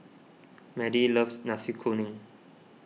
Madie loves Nasi Kuning